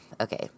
Okay